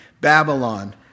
Babylon